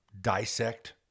dissect